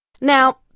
Now